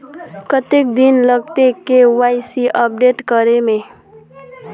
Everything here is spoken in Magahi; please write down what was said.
कते दिन लगते के.वाई.सी अपडेट करे में?